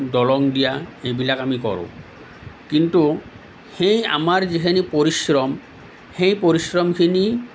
দলং দিয়া এইবিলাক আমি কৰোঁ কিন্তু সেই আমাৰ যিখিনি পৰিশ্ৰম সেই পৰিশ্ৰমখিনি